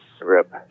Rip